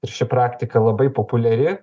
ir ši praktika labai populiari